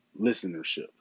listenership